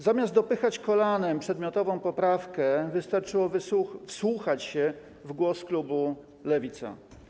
Zamiast dopychać kolanem przedmiotową poprawkę, wystarczyło wsłuchać się w głos klubu Lewica.